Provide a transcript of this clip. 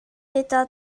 gyda